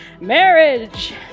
Marriage